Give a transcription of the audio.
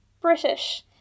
British